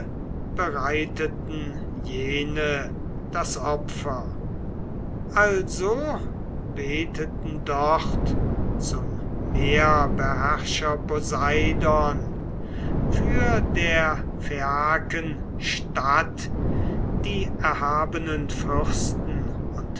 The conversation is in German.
bereiteten jene das opfer also beteten dort zum meerbeherrscher poseidon für der phaiaken stadt die erhabenen fürsten und